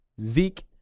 Zeke